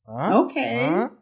Okay